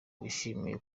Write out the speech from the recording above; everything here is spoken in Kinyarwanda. bishimiye